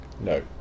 no